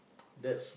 that's